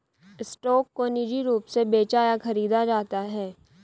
stock को निजी रूप से बेचा या खरीदा जाता है